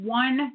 one